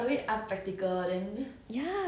but then okay lah hyun bin handsome lah